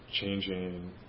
changing